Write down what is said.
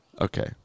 Okay